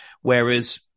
Whereas